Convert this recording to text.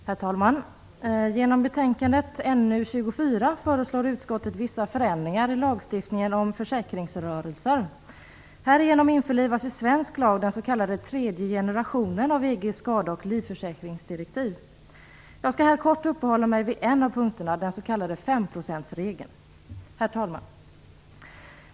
Herr talman! Genom betänkandet NU24 föreslår utskottet vissa förändringar i lagstiftningen om försäkringsrörelser. Härigenom införlivas i svensk lag den s.k. tredje generationen av EG:s skade och livförsäkringsdirektiv. Jag skall här kort uppehålla mig vid en av punkterna, den s.k. femprocentsregeln. Herr talman!